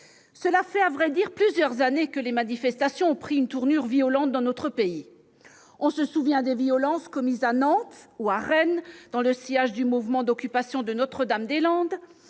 Cela fait, à vrai dire, plusieurs années que les manifestations ont pris une tournure violente dans notre pays : on se souvient des violences commises à Nantes ou à Rennes dans le sillage du mouvement d'occupation de Notre-Dame-des-Landes